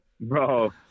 Bro